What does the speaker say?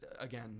again